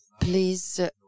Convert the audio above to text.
please